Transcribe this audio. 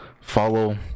follow